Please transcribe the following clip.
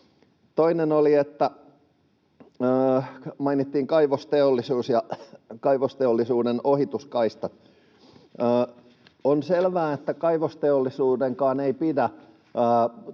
Toinen oli, että mainittiin kaivosteollisuus ja kaivosteollisuuden ohituskaista. On selvää, että kaivosteollisuudenkaan ei pidä